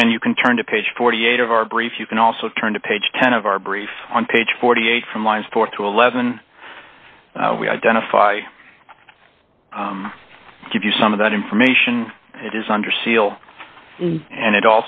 again you can turn to page forty eight of our brief you can also turn to page ten of our brief on page forty eight from lines four to eleven we identify give you some of that information it is under seal and it